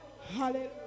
Hallelujah